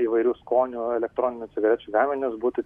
įvairių skonių elektroninių cigarečių gaminius būti